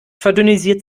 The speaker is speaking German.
verdünnisiert